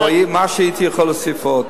מה שהייתי יכול להוסיף עוד.